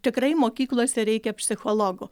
tikrai mokyklose reikia psichologų